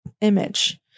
image